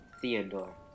Theodore